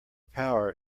power